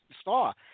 star